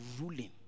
ruling